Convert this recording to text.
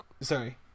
sorry